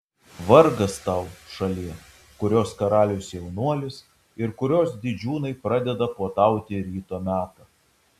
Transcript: vargas tau šalie kurios karalius jaunuolis ir kurios didžiūnai pradeda puotauti ryto metą